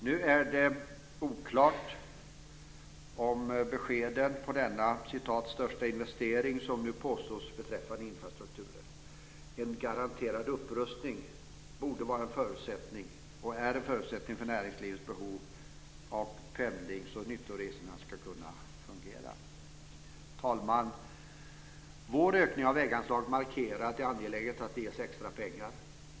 Nu är det oklart om beskeden för denna påstått "största investering" beträffande infrastrukturen. En garanterad upprustning borde vara en förutsättning, och är en förutsättning, för näringslivets behov för att pendlings och nyttoresorna ska fungera. Herr talman! Vår ökning av väganslagen markerar att det är angeläget att det ges extra pengar.